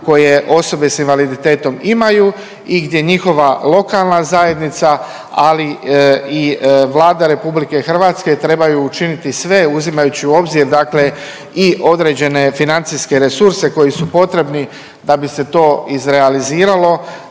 koje osobe s invaliditetom imaju i gdje njihova lokalna zajednica, ali i Vlada RH trebaju učiniti sve, uzimajući u obzir, dakle i određene financijske resurse koji su potrebni, da bi se to izrealiziralo,